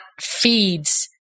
feeds